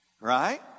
right